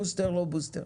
עם בוסטר או בלי בוסטר.